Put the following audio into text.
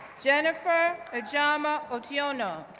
jennifer ijeoma otiono,